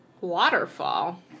Waterfall